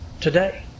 today